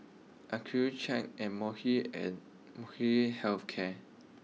Accucheck an and Molnylcke health care